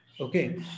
Okay